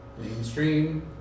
mainstream